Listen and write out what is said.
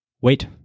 wait